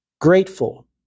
grateful